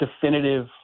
definitive